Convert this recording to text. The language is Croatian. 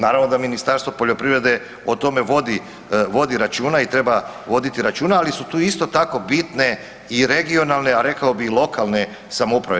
Naravno da Ministarstvo poljoprivrede o tome vodi računa i treba voditi računa ali su tu isto tako bitne i regionalne a rekao bi i lokalne samouprave.